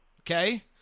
Okay